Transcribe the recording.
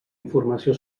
informació